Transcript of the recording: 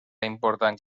important